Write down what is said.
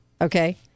Okay